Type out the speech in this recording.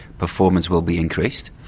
performance will be increased.